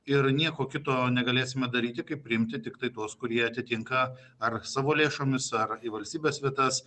ir nieko kito negalėsime daryti kaip priimti tiktai tuos kurie atitinka ar savo lėšomis ar į valstybės vietas